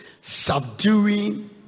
Subduing